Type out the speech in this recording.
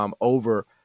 over